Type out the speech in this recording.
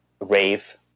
rave